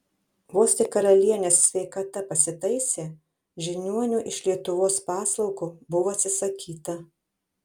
vos tik karalienės sveikata pasitaisė žiniuonių iš lietuvos paslaugų buvo atsisakyta